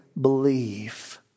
believe